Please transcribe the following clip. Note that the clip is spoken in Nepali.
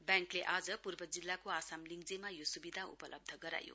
ब्याङ्कले आज पूर्व जिल्लाको आसाम लिङ्जेमा यो स्विधा उपलब्ध गरायो